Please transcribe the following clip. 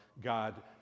God